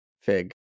fig